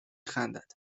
خندد